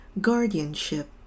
guardianship